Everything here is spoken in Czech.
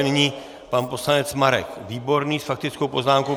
Nyní pan poslanec Marek Výborný s faktickou poznámkou.